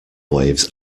waves